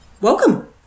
welcome